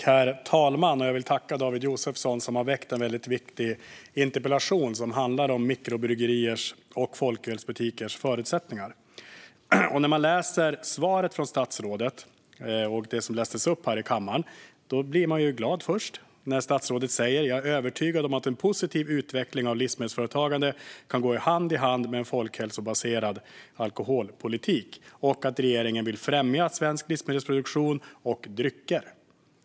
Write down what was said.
Herr talman! Jag vill tacka David Josefsson som har ställt en viktig interpellation som handlar om mikrobryggeriers och folkölsbutikers förutsättningar. När man hör svaret från statsrådet blir man först glad över att statsrådet säger att hon "är övertygad om att en positiv utveckling av livsmedelsföretagande kan gå hand i hand med en folkhälsobaserad alkoholpolitik" och över att regeringen vill främja produktion av svenska livsmedel och drycker.